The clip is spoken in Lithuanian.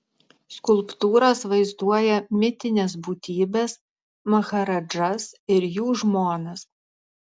skulptūros vaizduoja mitines būtybes maharadžas ir jų žmonas